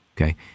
okay